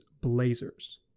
blazers